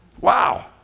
Wow